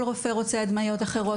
כל רופא רוצה הדמיות אחרות,